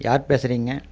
யார் பேசுகிறீங்க